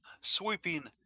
sweeping